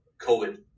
COVID